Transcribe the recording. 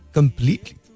Completely